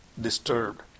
disturbed